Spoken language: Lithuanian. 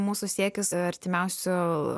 mūsų siekis artimiausių